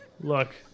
look